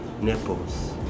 nipples